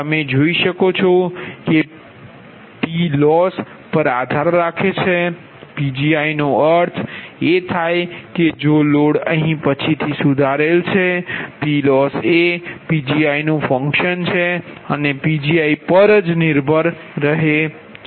તમે જોઇ શકો છો કે જે PLoss પર આધાર રાખે છે Pgi નો અર્થ એ થાય કે જો લોડ અહી પછી થી સુધારેલ છે PLoss એ Pgi નુ ફંક્શન છે અને Pgi પર નિર્ભર છે